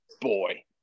boy